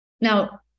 Now